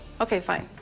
ok, fine.